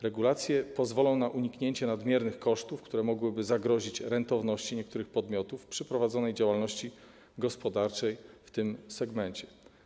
Regulacje pozwolą na uniknięcie nadmiernych kosztów, które mogłyby zagrozić rentowności niektórych podmiotów przy prowadzonej działalności gospodarczej w tym segmencie.